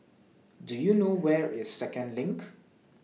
Do YOU know Where IS Second LINK